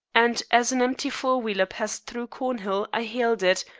and as an empty four-wheeler passed through cornhill i hailed it,